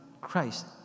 Christ